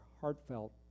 heartfelt